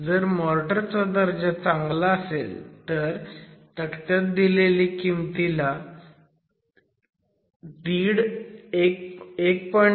पण जर मोर्टर चा दर्जा चांगला असेल तर तक्त्यात दिलेल्या किमतीला 1